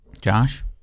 Josh